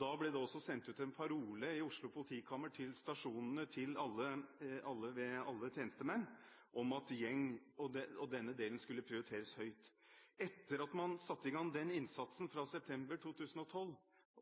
Da ble det også sendt ut en parole fra Oslo politikammer til stasjonene, til alle tjenestemenn, om at gjengkriminalitet skulle prioriteres høyt. Etter at man satte i gang den innsatsen fra september 2012,